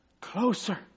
closer